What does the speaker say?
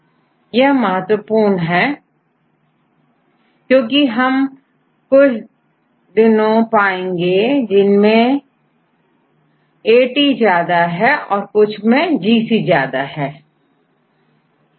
यह बहुत महत्वपूर्ण है क्योंकि हम कुछ पाएंगे जिनमेंAT ज्यादा और कुछ मेंGC ज्यादा होगा